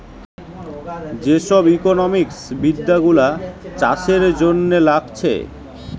যে সব ইকোনোমিক্স বিদ্যা গুলো চাষের জন্যে লাগছে